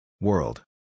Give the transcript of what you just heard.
World